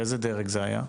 ומאיזה דרג היה?